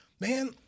Man